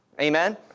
Amen